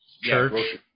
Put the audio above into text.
church